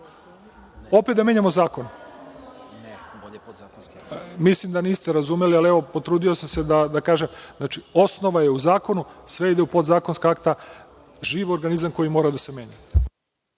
Opet da menjamo zakon? Mislim, da niste razumeli ali evo potrudio sam se da kažem. Znači, osnova je u zakonu, sve ide u podzakonska akta. Živ organizam koji mora da se menja.